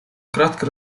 кратко